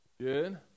Good